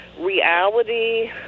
reality